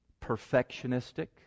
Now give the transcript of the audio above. perfectionistic